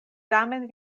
tamen